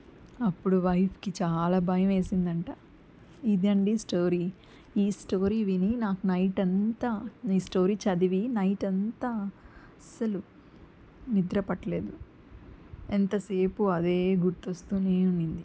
అప్పుడు వైఫ్కి చాలా భయం ఏసిందంట ఇదండీ స్టోరీ ఈ స్టోరీ విని నాకు నైట్ అంతా నీ స్టోరీ చదివి నైట్ అంతా అస్సలు నిద్ర పట్టలేదు ఎంతసేపు అదే గుర్తొస్తూనే ఉన్నింది